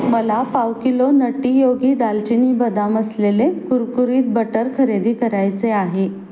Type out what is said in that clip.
मला पाव किलो नटी योगी दालचिनी बदाम असलेले कुरकुरीत बटर खरेदी करायचे आहे